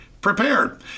prepared